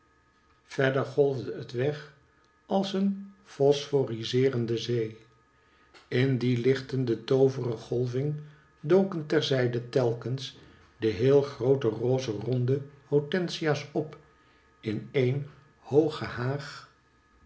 verder golfde het weg als een fosforizeerende zee in die lichtende toovere golving doken ter zijde telkens de heel groote roze ronde hortensia's op een hooge